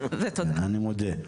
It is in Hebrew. אני מודה.